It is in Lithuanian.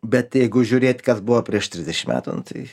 bet jeigu žiūrėt kas buvo prieš trisdešim metų nu tai